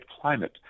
climate